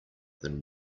than